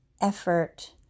effort